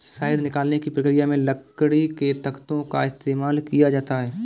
शहद निकालने की प्रक्रिया में लकड़ी के तख्तों का इस्तेमाल किया जाता है